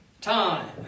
time